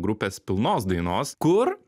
grupės pilnos dainos kur